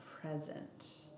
present